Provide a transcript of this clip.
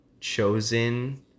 chosen